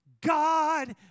God